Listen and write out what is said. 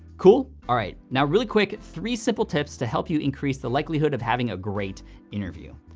cool? all right. now, really quick, three simple tips to help you increase the likelihood of having a great interview.